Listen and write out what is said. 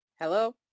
Hello